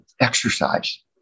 exercise